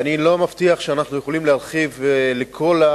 אני לא מבטיח שאנחנו יכולים להרחיב את המצלמות